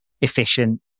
efficient